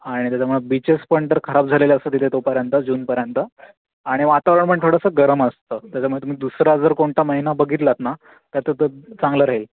आणि त्याच्यामुळे बीचेस पण तर खराब झालेले असतात इथे तोपर्यंत जूनपर्यंत आणि वातावरण पण थोडंसं गरम असतं त्याच्यामुळे तुम्ही दुसरा जर कोणता महिना बघितलात ना त्यात तर चांगलं राहील